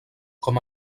com